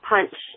punch